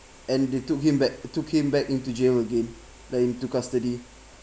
and they took him back took him back into jail again like into custody